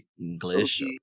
English